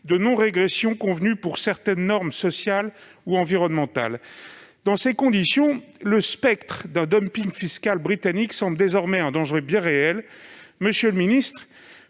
de non-régression convenu pour certaines normes sociales ou environnementales. Dans ces conditions, le spectre d'un dumping fiscal britannique semble désormais un danger bien réel. Monsieur le secrétaire